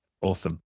Awesome